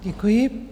Děkuji.